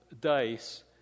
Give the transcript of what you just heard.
dice